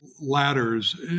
ladders